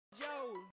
Joe